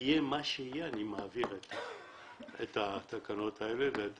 יהיה מה שיהיה, אני מעביר את התקנות האלה ואת